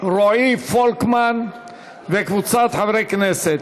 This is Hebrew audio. רועי פולקמן וקבוצת חברי הכנסת,